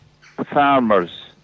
farmers